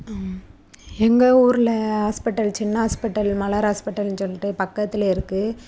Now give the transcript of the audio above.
ம் எங்கள் ஊரில் ஹாஸ்பிட்டல் சின்ன ஹாஸ்பிட்டல் மலர் ஹாஸ்பிட்டல்னு சொல்லிட்டு பக்கத்திலே இருக்குது